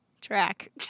Track